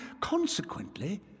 consequently